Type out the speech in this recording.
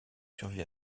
survit